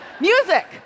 Music